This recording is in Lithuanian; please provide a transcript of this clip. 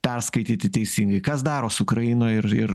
perskaityti teisingai kas daros ukrainoj ir ir